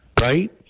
Right